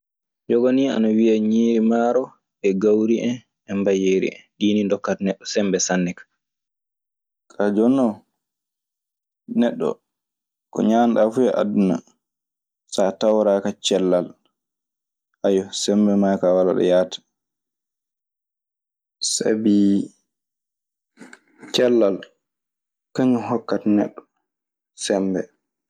Yoga nii ana wiya ñiiri maaro, e gawri en e mbayeeri en ɗii ni ndokkata neɗɗo semmbe sanne ka. Kaa jonnon, neɗɗo ko ñaanɗaa fuu e aduna. So a tawraaka cellal, sembe maa kaa walaa ɗo yahata. Sabii cellal kañun hokkata neɗɗo semmbe.